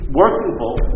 workable